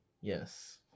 Yes